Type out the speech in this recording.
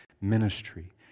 ministry